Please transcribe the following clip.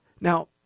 Now